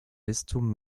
bistum